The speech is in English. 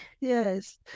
Yes